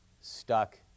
stuck